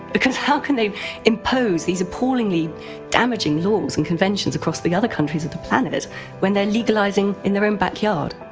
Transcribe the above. because how can they impose these these appallingly damaging laws and conventions across the other countries of the planet when they're legal izing in their own backyard?